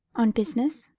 on business?